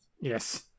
Yes